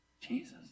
Jesus